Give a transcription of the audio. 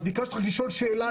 את ביקשת לענות על שאלה,